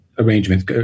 Arrangements